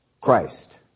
Christ